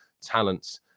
talents